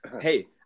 Hey